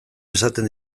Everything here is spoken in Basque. esaten